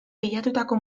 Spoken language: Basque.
pilatutako